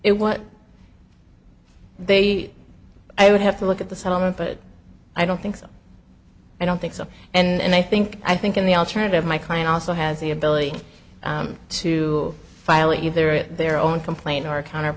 are they i would have to look at the settlement but i don't think so i don't think so and i think i think in the alternative my client also has the ability to file either their own complaint or counter